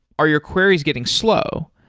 are your queries getting slow?